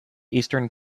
eastern